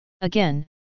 Again